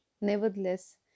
Nevertheless